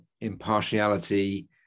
impartiality